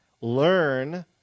Learn